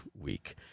week